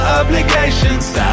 obligations